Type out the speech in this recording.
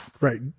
right